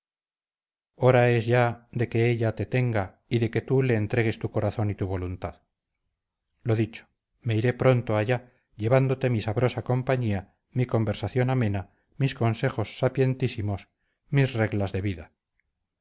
hora es ya de que ella te tenga y de que tú le entregues tu corazón y tu voluntad lo dicho me iré pronto allá llevándote mi sabrosa compañía mi conversación amena mis consejos sapientísimos mis reglas de vida